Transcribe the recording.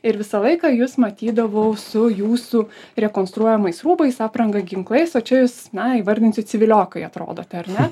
ir visą laiką jus matydavau su jūsų rekonstruojamais rūbais apranga ginklais o čia jūs na įvardinsiu civiliokai atrodote ar ne